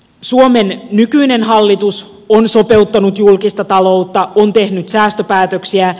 suomen nykyinen hallitus on sopeuttanut julkista taloutta on tehnyt säästöpäätöksiä